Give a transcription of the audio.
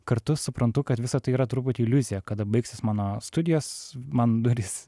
kartu suprantu kad visa tai yra truputį iliuzija kada baigsis mano studijos man durys